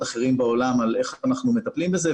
אחרים בעולם על איך אנחנו מטפלים בזה,